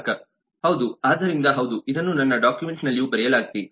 ಗ್ರಾಹಕ ಹೌದು ಆದ್ದರಿಂದ ಹೌದು ಇದನ್ನು ನನ್ನ ಡಾಕ್ಯುಮೆಂಟ್ನಲ್ಲಿಯೂ ಬರೆಯಲಾಗಿದೆ